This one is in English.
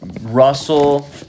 Russell